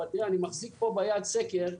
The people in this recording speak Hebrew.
אבל אני מחזיק פה ביד סקר,